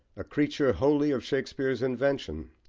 a creature wholly of shakespeare's invention,